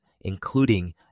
including